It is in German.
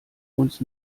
uns